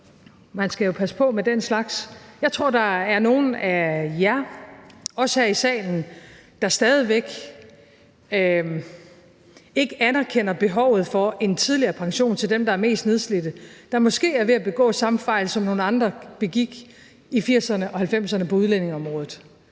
man skal passe på med den slags – af jer, også her i salen, der stadig væk ikke anerkender behovet for en tidligere pension til dem, der er mest nedslidte, der måske er ved at begå samme fejl, som nogle andre begik i 1980'erne og i 1990'erne på udlændingeområdet,